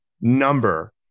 Number